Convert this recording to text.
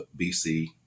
bc